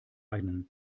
einen